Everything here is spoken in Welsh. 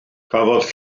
cafodd